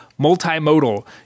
multimodal